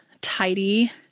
tidy